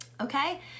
okay